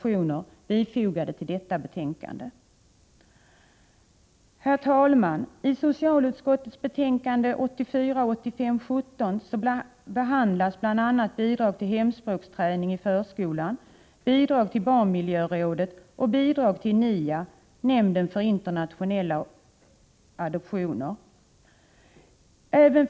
I socialutskottets betänkande 1984/85:17 behandlas bl.a. frågor om bidrag till hemspråksträning i förskola, bidrag till barnmiljörådet och bidrag till NIA, nämnden för internationella adoptionsfrågor.